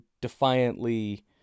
defiantly